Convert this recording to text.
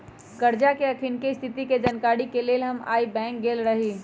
करजा के अखनीके स्थिति के जानकारी के लेल हम आइ बैंक गेल रहि